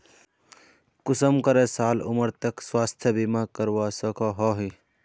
कुंसम करे साल उमर तक स्वास्थ्य बीमा करवा सकोहो ही?